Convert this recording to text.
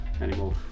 anymore